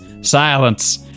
silence